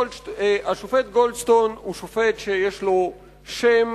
השופט גולדסטון הוא שופט שיש לו שם